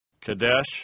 Kadesh